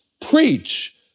preach